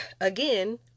again